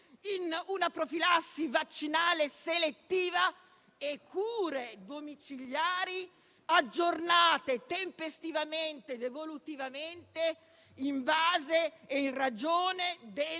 in profilassi vaccinale selettiva e cure domiciliari aggiornate tempestivamente ed evolutivamente in ragione delle